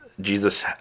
Jesus